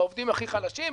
בעובדים הכי חלשים,